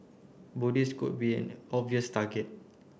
Buddhists could be an obvious target